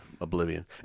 oblivion